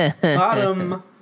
Bottom